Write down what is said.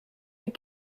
les